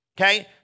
Okay